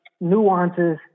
nuances